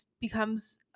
becomes